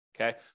Okay